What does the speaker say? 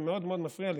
זה מאוד מפריע לי.